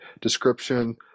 description